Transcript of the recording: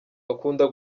akunda